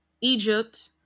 Egypt